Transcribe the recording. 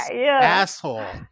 asshole